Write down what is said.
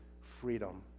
freedom